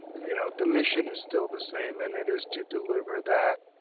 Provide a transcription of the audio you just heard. you know, the mission is still the same and it is to deliver that